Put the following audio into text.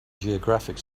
geographic